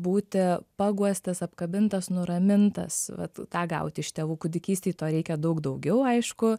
būti paguostas apkabintas nuramintas vat tą gauti iš tėvų kūdikystėj to reikia daug daugiau aišku